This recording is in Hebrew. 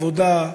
עבודה,